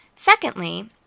Secondly